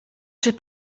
czy